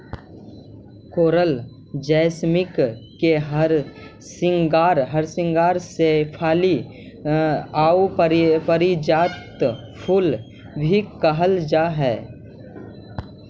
कोरल jasmine के हरसिंगार शेफाली आउ पारिजात फूल भी कहल जा हई